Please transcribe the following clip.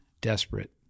desperate